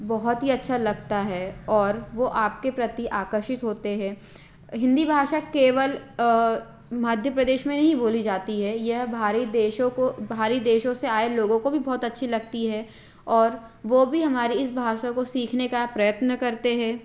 बहुत ही अच्छा लगता है और वो आपके प्रति आकर्षित होते हैं हिंदी भाषा केवल मध्य प्रदेश में नहीं बोली जाती है यह बाहरी देशों को बाहरी देशों से आए लोगों को भी बहुत अच्छी लगती है और वो भी हमारी इस भाषा को सीखने का प्रयत्न करते हैं